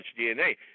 dna